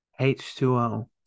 h2o